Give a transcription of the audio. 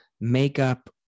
makeup